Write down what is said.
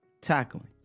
tackling